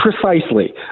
Precisely